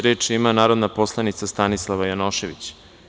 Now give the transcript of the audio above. Reč ima narodna poslanica Stanislava Janošević.